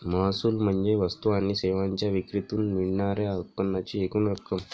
महसूल म्हणजे वस्तू आणि सेवांच्या विक्रीतून मिळणार्या उत्पन्नाची एकूण रक्कम